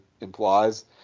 implies